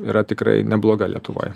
yra tikrai nebloga lietuvoj